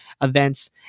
events